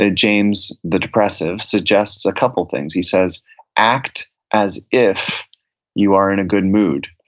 ah james, the depressive, suggests a couple things. he says act as if you are in a good mood,